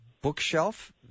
bookshelf